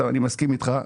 אני מסכים איתך,